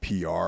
PR